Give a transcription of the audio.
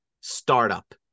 Startup